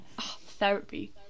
therapy